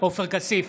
עופר כסיף,